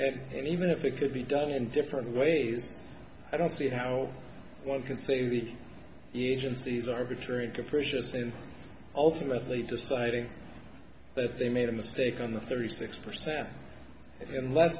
grant and even if it could be done in different ways i don't see how one can say the agencies arbitrary and capricious and ultimately deciding that they made a mistake on the thirty six percent unless